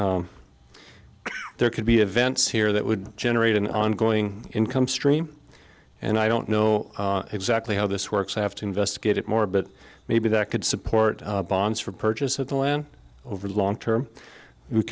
the there could be events here that would generate an ongoing income stream and i don't know exactly how this works i have to investigate it more but maybe that could support bonds for purchase of the land over the long term we